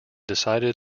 decided